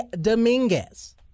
Dominguez